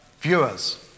viewers